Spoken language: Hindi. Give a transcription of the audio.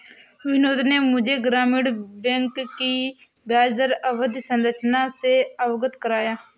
बिनोद ने मुझे ग्रामीण बैंक की ब्याजदर अवधि संरचना से अवगत कराया